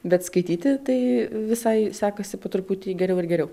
bet skaityti tai visai sekasi po truputį geriau ir geriau